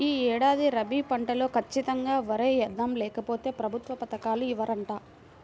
యీ ఏడాది రబీ పంటలో ఖచ్చితంగా వరే యేద్దాం, లేకపోతె ప్రభుత్వ పథకాలు ఇవ్వరంట